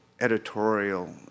editorial